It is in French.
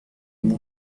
mon